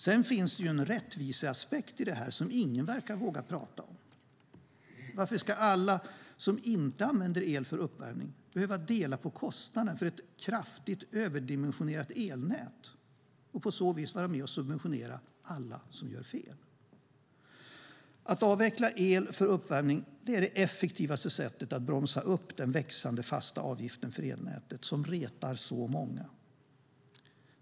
Sedan finns det en rättviseaspekt i detta som ingen verkar våga prata om. Varför ska alla som inte använder el till uppvärmning behöva dela på kostnaden för ett kraftigt överdimensionerat elnät och på så vis vara med och subventionera alla dem som gör fel? Att avveckla el för uppvärmning är det effektivaste sättet att bromsa upp de växande fasta avgifterna för elnätet som retar så många.